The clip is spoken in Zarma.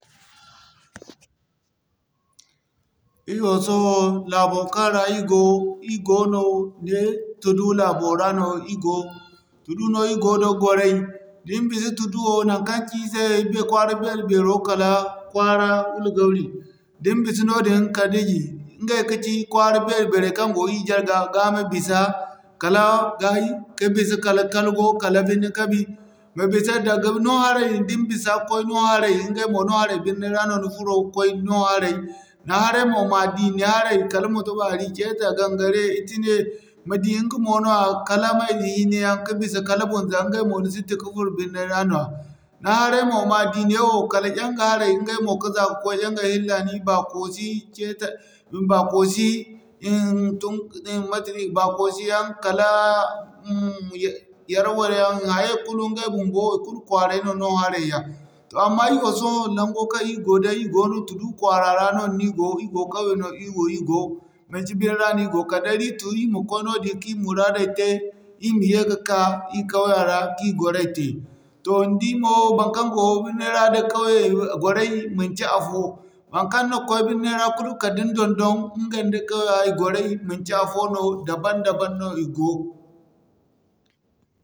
Ir wo sohõ laabo kaŋ ra ir go, ir goono ne Tudu laabo ra no ir go da goray. Din bisa Tuduwo naŋkaŋ ci ir se kwaara beeri-beero kala kwaara kilgori, din bisa noodin kala Digi ɲgay kaci kwaara beeri-beero kaŋgo ir jarga ga ma bisa kala, Gayi, ka bisa kala Kalgo, kala Birnin-Kebbi ma bisa daga no haray din bisa koy no haray ɲgay mo no haray birni ra no ni furo koy no haray. Nee haray mo ma di nee haray kala ma to Barite, da Gangare, Tine, ma di ɲga mo nooya kala Mai-naini yaŋ ka bisa kala Bunza ɲgay mo ni sintin ka furo birni ra nooya. Nee haray mo ma di neewo kala Yanga haray ɲga mo ka za ka'koy yaŋga Fulani, Baakosi, Ceta Baakosi yarwar yaŋ hayay kulu ɲgay bumbo i kulu kwaaray no no'haray yaŋ. Toh amma ir wo sohõ naŋgo kaŋ ir go day ir go du kwaara ra ra noodin no ir go, ir go kauye no ir wo ir go manci birni ra no ir go kala day da ir tun ir ma koy noodin ka ir muraadey tey ka yee ka'ka ir kauya ra ka ir gwaray tey. Toh ni di mo baŋkaŋ go birni ra da kauye gwaray manci afoo, baŋkaŋ ni koy birni ra kulu kala da ni don-don. Ɲga da kauya ra gwaray manci afoo no, dabam-dabam no i go.